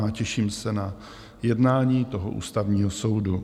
A těším se na jednání Ústavního soudu.